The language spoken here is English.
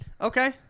okay